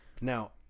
Now